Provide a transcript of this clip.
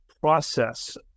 process